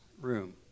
room